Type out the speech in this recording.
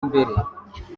mbere